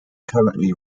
currently